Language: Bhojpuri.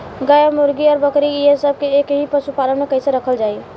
गाय और मुर्गी और बकरी ये सब के एक ही पशुपालन में कइसे रखल जाई?